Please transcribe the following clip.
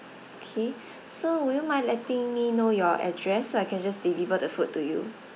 K so would you mind letting me know your address so I can just deliver the food to you